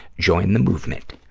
join the movement.